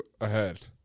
ahead